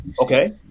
Okay